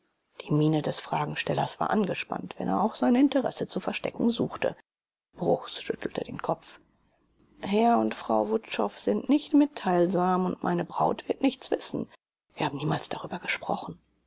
die miene des fragestellers war angespannt wenn er auch sein interesse zu verstecken suchte bruchs schüttelte den kopf herr und frau wutschow sind nicht mitteilsam und meine braut wird nichts wissen wir haben niemals darüber gesprochen